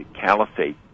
caliphate